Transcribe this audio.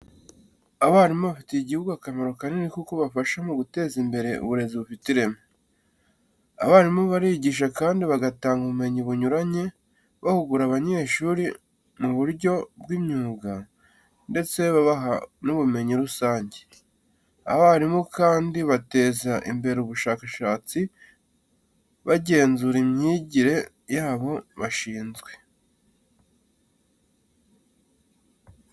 Abarimu bafitiye igihugu akamaro kanini kuko bafasha mu guteza imbere uburezi bufite ireme. Abarimu barigisha kandi bagatanga ubumenyi bunyuranye, bahugura abanyeshuri mu buryo bw’imyuga ndetse babaha n’ubumenyi rusange. Abarimu kandi bateza imbere ubushakashatsi, bagenzura imyigire y'abo bashinzwe.